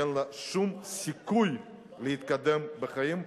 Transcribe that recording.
אין לה שום סיכוי להתקדם בחיים,